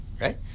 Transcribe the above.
Right